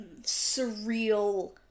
surreal